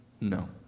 No